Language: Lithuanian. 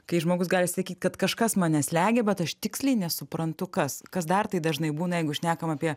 kai žmogus gali sakyt kad kažkas mane slegia bet aš tiksliai nesuprantu kas kas dar tai dažnai būna jeigu šnekam apie